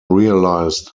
realized